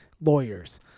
lawyers